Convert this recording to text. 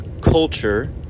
culture